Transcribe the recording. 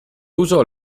usò